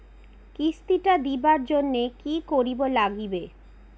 কিস্তি টা দিবার জন্যে কি করির লাগিবে?